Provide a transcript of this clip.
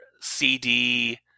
CD